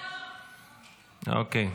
נעבור להצבעה.